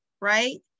right